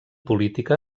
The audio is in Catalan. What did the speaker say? política